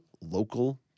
local